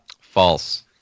False